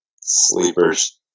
sleepers